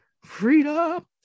Freedom